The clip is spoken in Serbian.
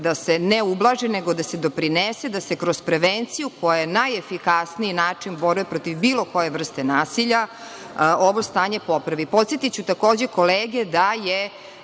da se ne ublaži, nego da se doprinese da se kroz prevenciju, koja je najefikasniji način borbe protiv bilo koje vrste nasilja, ovo stanje popravi. Podsetiću kolege da je